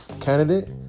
candidate